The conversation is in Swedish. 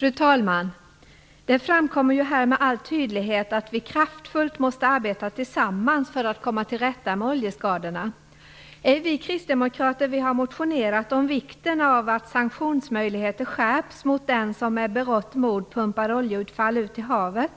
Fru talman! Det framkommer ju här med all tydlighet att vi kraftfullt måste arbeta tillsammans för att komma till rätta med oljeskadorna. Vi kristdemokrater har motionerat om vikten av att sanktionsmöjligheterna skärps mot den som med berått mod pumpar oljeutfall ut i havet.